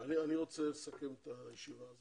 אני רוצה לסכם את הישיבה.